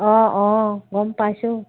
অঁ অঁ গম পাইছোঁ